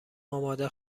آماده